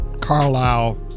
Carlisle